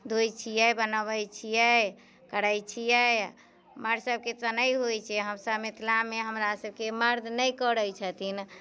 धोइ छियै बनोबै छियै करै छियै मर्द सभके तऽ नहि होइ छै हमसभ मिथिलामे हमरा सभके मर्द नहि करै छथिन